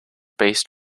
based